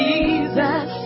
Jesus